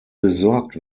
gesorgt